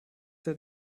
der